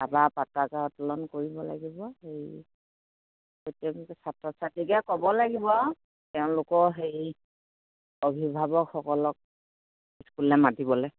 তাপা পতাকা উত্তোলন কৰিব লাগিব সেই ছাত্ৰ ছাত্ৰীকে ক'ব লাগিব তেওঁলোকৰ সেই অভিভাৱকসকলক স্কুললে মাতিবলে